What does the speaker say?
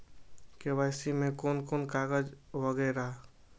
KYC में कोन कोन कागज वगैरा?